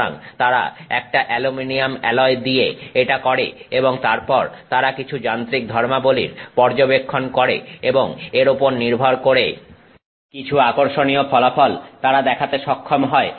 সুতরাং তারা একটা অ্যালুমিনিয়াম অ্যালয় দিয়ে এটা করে এবং তারপর তারা কিছু যান্ত্রিক ধর্মাবলির পর্যবেক্ষণ করে এবং এর উপর নির্ভর করে কিছু আকর্ষণীয় ফলাফল তারা দেখাতে সক্ষম হয়